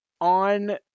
on